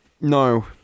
no